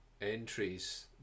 entries